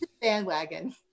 bandwagon